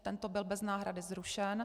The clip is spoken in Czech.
Tento byl bez náhrady zrušen.